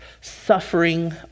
suffering